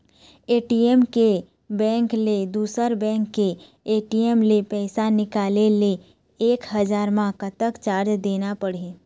ATM के bank ले दुसर बैंक के ए.टी.एम ले पैसा निकाले ले एक हजार मा कतक चार्ज देना पड़ही?